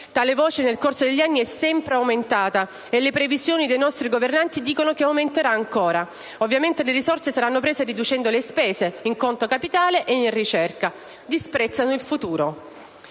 Tale voce, nel corso degli anni, è sempre aumentata e le previsioni dei nostri governanti dicono che aumenterà ancora. Ovviamente, le risorse saranno prese riducendo le spese in conto capitale e in ricerca: disprezzano il futuro.